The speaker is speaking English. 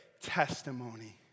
testimony